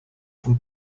vom